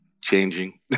changing